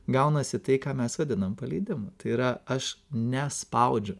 gaunasi tai ką mes vadinam paleidimu tai yra aš nespaudžiu